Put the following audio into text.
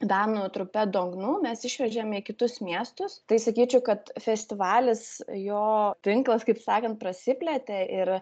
danų trupe dognu mes išvežėme į kitus miestus tai sakyčiau kad festivalis jo tinklas kaip sakant prasiplėtė ir